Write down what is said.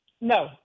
No